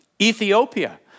Ethiopia